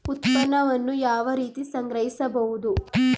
ಉತ್ಪನ್ನವನ್ನು ಯಾವ ರೀತಿ ಸಂಗ್ರಹಿಸಬಹುದು?